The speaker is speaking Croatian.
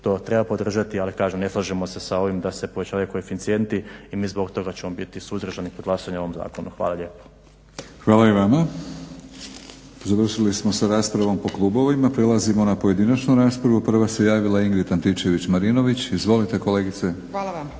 to treba podržati ali kažem ne slažemo se s ovim da se povećavaju koeficijenti i mi zbog toga ćemo biti suzdržani kod glasanja o ovom zakonu. Hvala lijepo. **Batinić, Milorad (HNS)** Hvala i vama. Završili smo sa raspravom po klubovima. Prelazimo na pojedinačnu raspravu. Prva se javila Ingrid Antićević-Marinović. Izvolite kolegice.